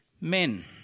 Men